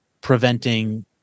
preventing